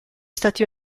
stati